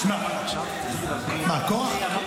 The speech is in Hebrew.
מה, קרח?